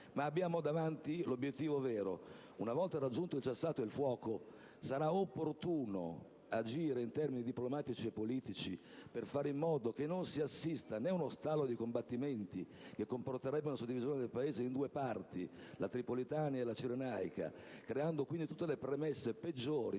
Ma abbiamo davanti il vero obiettivo: una volta raggiunto il cessate il fuoco, sarà opportuno agire in termini diplomatici e politici per fare in modo che non si assista a uno stallo dei combattimenti, che comporterebbe una suddivisione del Paese in due parti (la Tripolitania e la Cirenaica), creando quindi tutte le premesse peggiori